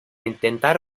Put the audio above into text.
intentar